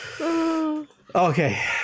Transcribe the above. Okay